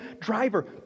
driver